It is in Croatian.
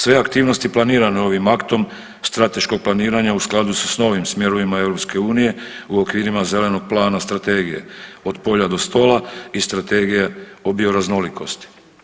Sve aktivnosti planirane ovim aktom strateškoga planiranja u skladu su s novim smjerovima EU u okvirima Zelenog plana Strategije od polja do stola i Strategije o bio raznolikosti.